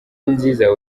nziza